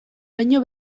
baino